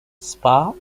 spa